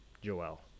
Joel